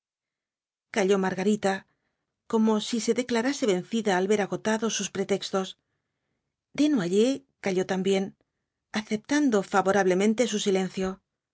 calló margarita como si se declarase vencida al ver agotados sus pretextos desnoyers calló también aceptando favorablemente su silencio